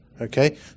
okay